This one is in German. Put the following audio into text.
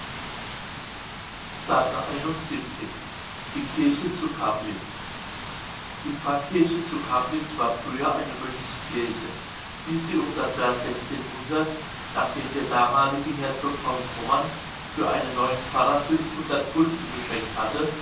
die kirche zu cablitz die pfarrkirche zu cablitz war früher eine mönchskirche bis sie um das jahr nachdem der damalige herzog von pommern für einen neuen pfarrer gulden geschenkt hatte